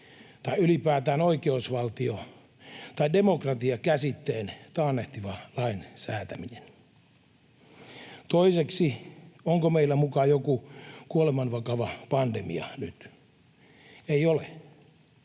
tai ylipäätään oikeusvaltio tai demokratia käsitteen ”taannehtiva lain säätäminen”. Toiseksi, onko meillä muka joku kuolemanvakava pandemia nyt? Ei ole.